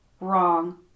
wrong